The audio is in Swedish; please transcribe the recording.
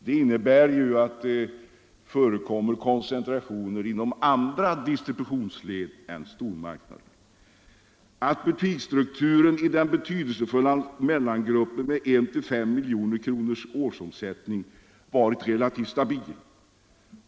Det innebär alltså att det förekommer koncentrationer inom andra distributionsled än stormarknaden. Vidare har butiksstrukturen i den betydelsefulla mellangruppen med 1-5 milj.kr. årsomsättning varit relativt stabil.